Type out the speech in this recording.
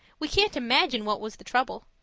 we can't imagine what was the trouble.